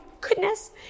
goodness